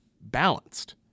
balanced